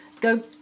Go